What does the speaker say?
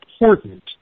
important